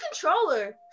controller